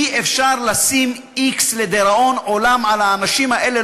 אי-אפשר לשים x לדיראון עולם על האנשים האלה.